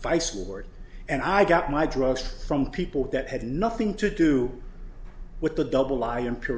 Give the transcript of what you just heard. vice lord and i got my drugs from people that had nothing to do with the double